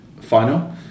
final